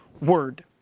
word